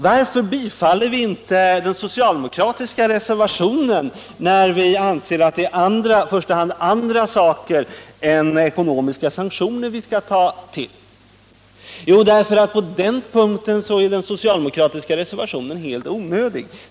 Varför biträder vi inte den socialdemokratiska reservationen, när vi anser att det i första hand är andra saker än ekonomiska sanktioner vi skall ta till? Jo, därför att på den punkten är den socialdemokratiska reservationen helt onödig.